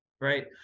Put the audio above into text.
Right